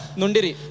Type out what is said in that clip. nundiri